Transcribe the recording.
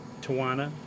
Tawana